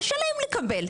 קשה להם לקבל,